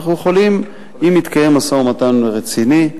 אנחנו יכולים, אם מתקיים משא-ומתן רציני,